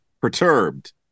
perturbed